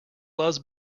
loves